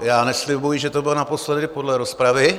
Já neslibuji, že to bude naposledy, podle rozpravy.